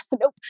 nope